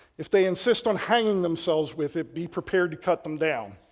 if they insist on hanging themselves with it, be prepared to cut them down.